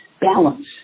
balance